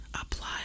apply